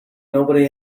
nobody